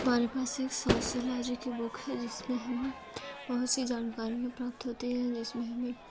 हमारे पास एक सोसोलॉजी की बुक है जिसमें हम बहुत सी जानकारियाँ प्राप्त होती है जिसमें हमें